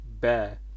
Bear